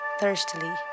thirstily